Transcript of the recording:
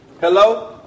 Hello